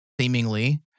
seemingly